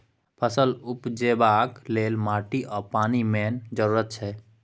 फसल उपजेबाक लेल माटि आ पानि मेन जरुरत छै